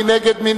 מי נגד?